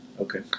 okay